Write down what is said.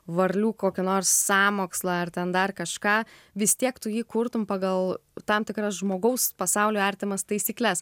varlių kokį nors sąmokslą ar ten dar kažką vis tiek tu jį kurtum pagal tam tikras žmogaus pasauliui artimas taisykles